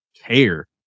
care